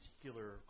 particular